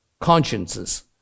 consciences